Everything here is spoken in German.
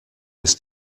ist